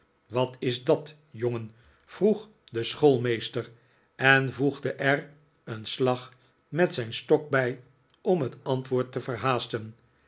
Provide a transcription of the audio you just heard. wat is dat jongen vroeg de schoolmeester en voegde er een slag met zijn stok bij om het antwoord te